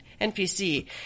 npc